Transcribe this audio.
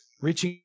reaching